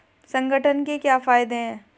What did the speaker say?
संगठन के क्या फायदें हैं?